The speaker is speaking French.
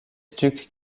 stucs